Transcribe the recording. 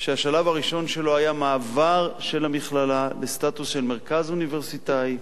שהשלב הראשון שלו היה מעבר של המכללה לסטטוס של מרכז אוניברסיטאי,